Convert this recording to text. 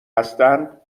هستند